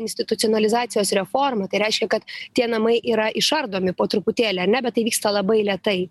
institucionalizacijos reformų tai reiškia kad tie namai yra išardomi po truputėlį ane bet tai vyksta labai lėtai